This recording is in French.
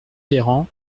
véran